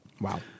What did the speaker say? Wow